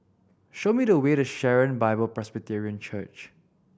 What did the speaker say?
show me the way to Sharon Bible Presbyterian Church